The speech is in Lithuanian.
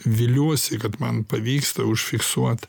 viliuosi kad man pavyksta užfiksuot